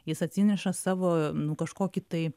jis atsineša savo nu kažkokį tai